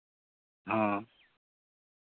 ᱚ